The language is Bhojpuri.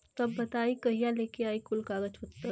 तब बताई कहिया लेके आई कुल कागज पतर?